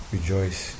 Rejoice